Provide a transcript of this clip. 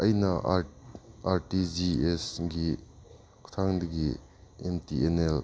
ꯑꯩꯅ R T G ꯑꯦꯁꯒꯤ ꯈꯨꯊꯥꯡꯗꯒꯤ ꯑꯦꯝ ꯇꯤ ꯑꯦꯟ ꯑꯦꯜ